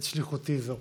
את שליחותי זו.